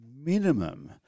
minimum